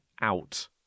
out